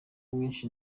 mwishi